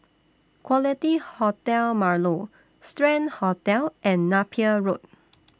Quality Hotel Marlow Strand Hotel and Napier Road